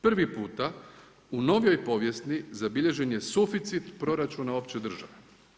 Prvi puta u novijoj povijesti zabilježen je suficit proračuna opće države.